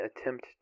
attempt